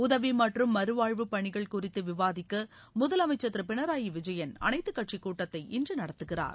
உதவி மற்றும் மறுவாழ்வு பணிகள் குறித்து விவாதிக்க முதலமைச்சர் திரு பினராயி விஜயன் அனைத்துக்கட்சிக் கூட்டத்தை இன்று நடத்துகிறார்